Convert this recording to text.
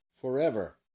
forever